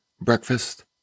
breakfast